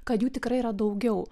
kad jų tikrai yra daugiau